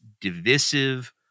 divisive